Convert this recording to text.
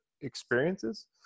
experiences